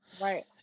Right